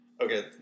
Okay